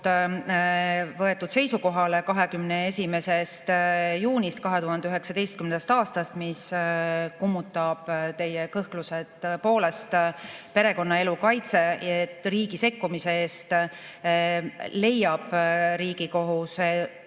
võetud seisukohale 21. juunist 2019. aastast, mis kummutab teie kõhklused. Tõepoolest, perekonnaelu kaitset riigi sekkumise eest, leiab Riigikohus,